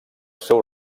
seu